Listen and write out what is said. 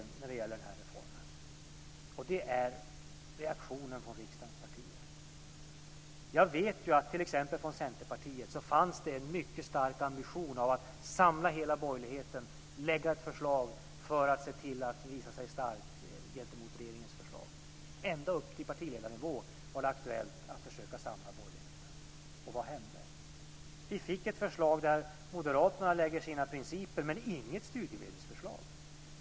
Det gäller reaktionen från riksdagens partier. Jag vet ju att t.ex. Centerpartiet hade en mycket stark ambition att samla hela borgerligheten och lägga fram ett starkt förslag mot regeringens förslag. Det var aktuellt ända upp till partiledarnivå att försöka samla borgerligheten. Men vad hände?